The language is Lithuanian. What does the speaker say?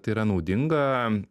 tai yra naudinga